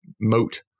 moat